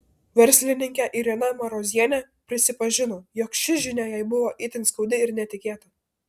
verslininkė irena marozienė prisipažino jog ši žinia jai buvo itin skaudi ir netikėta